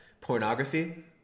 Pornography